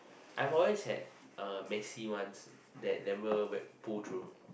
I've always had messy ones that never pull through